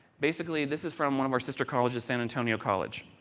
basically, this is from one of our sister colleges, san antonio college.